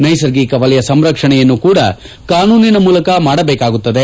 ನೈಸರ್ಗಿಕ ವಲಯ ಸಂರಕ್ಷಣೆಯನ್ನು ಕೂಡ ಕಾನೂನಿನ ಮೂಲಕ ಮಾಡಬೇಕಾಗುತ್ತದೆ